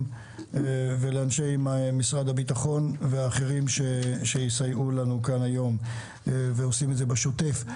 ולאנשי משרד הביטחון ואחרים שיסייעו לנו כאן היום ועושים זאת בשוטף.